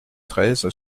treize